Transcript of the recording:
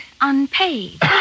unpaid